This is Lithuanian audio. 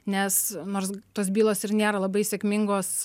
nes nors tos bylos ir nėra labai sėkmingos